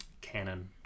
canon